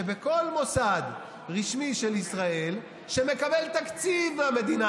שכל מוסד רשמי של ישראל שמקבל תקציב מהמדינה,